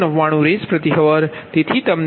2420